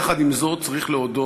יחד עם זאת, צריך להודות,